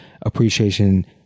appreciation